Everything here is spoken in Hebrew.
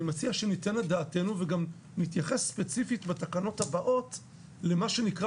אני מציע שניתן את דעתנו וגם נתייחס ספציפית בתקנות הבאות למה שנקרא